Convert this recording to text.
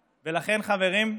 ולכן, חברים,